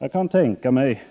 Jag kan tänka mig